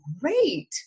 great